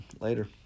Later